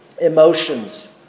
emotions